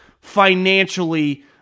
financially